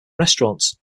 restaurants